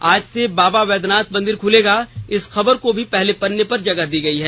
आज से बाबा बैजनाथ मंदिर खुलेगा इस खबर को भी पहले पन्ने पर जगह दी है